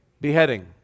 Beheading